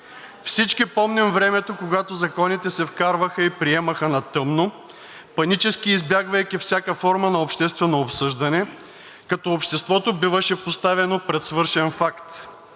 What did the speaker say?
Всички помним времето, когато законите се вкарваха и приемаха на тъмно, панически избягвайки всяка форма на обществено обсъждане, като обществото биваше поставено пред свършен факт.